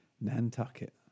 Nantucket